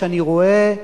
כשאני רואה ישראלים,